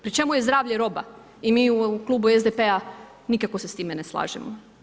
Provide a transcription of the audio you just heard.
Pri čemu je zdravlje roba i mi u klubu SDP-a nikako se s time ne slažemo.